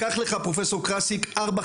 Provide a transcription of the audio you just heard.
קח לך פרופ' קרסיק ארבע,